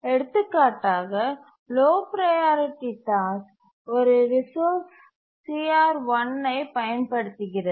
எடுத்துக்காட்டாக low priority task ஒரு resource CR1 ஐப் பயன்படுத்துகிறது